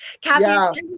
Kathy